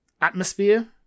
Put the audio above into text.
atmosphere